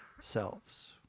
selves